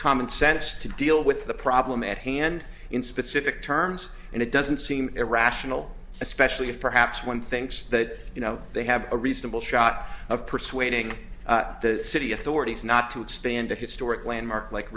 common sense to deal with the problem at hand in specific terms and it doesn't seem irrational especially if perhaps one thinks that you know they have a reasonable shot of persuading the city authorities not to expand a historic landmark like